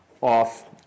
Off